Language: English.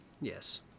Yes